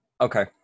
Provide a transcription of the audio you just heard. Okay